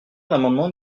l’amendement